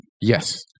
Yes